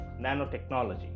nanotechnology